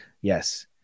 Yes